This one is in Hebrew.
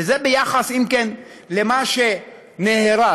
אם כן, זה ביחס למה שנהרס,